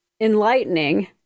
enlightening